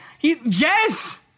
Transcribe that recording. yes